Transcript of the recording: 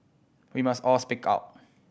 we must all speak out